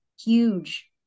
huge